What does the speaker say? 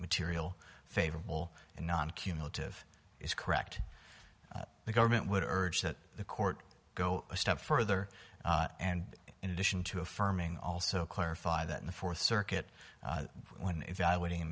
material favorable and non cumulative is correct the government would urge that the court go a step further and in addition to affirming also clarify that in the fourth circuit when evaluating